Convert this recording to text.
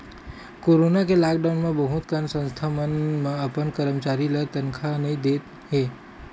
corona के lockdown म बहुत कन संस्था मन अपन करमचारी ल तनखा नइ दे हे